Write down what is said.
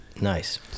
Nice